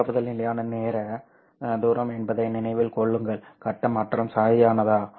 பரப்புதல் நிலையான நேர தூரம் என்பதை நினைவில் கொள்ளுங்கள் கட்ட மாற்றம் சரியானதா